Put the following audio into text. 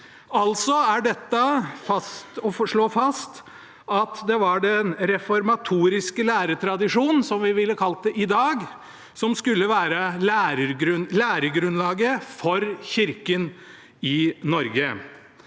katekisme. Dette slår fast at det var den reformatoriske læretradisjonen, som vi ville kalt det i dag, som skulle være læregrunnlaget for kirken i Norge.